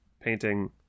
painting